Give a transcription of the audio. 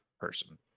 person